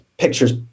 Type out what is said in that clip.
pictures